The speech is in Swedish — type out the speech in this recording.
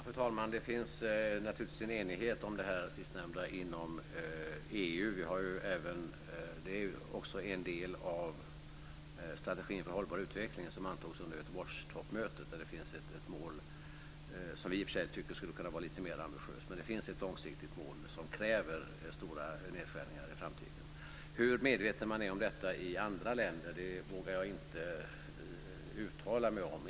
Fru talman! Det finns naturligtvis en enighet inom EU om det sistnämnda. Det är också en del av strategin för hållbar utveckling som antogs under Göteborgstoppmötet, där det finns ett mål som vi i och för sig tycker skulle vara lite mer ambitiöst. Men det finns ett långsiktigt mål som kräver stora nedskärningar i framtiden. Hur medveten man är om detta i andra länder vågar jag inte uttala mig om.